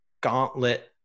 gauntlet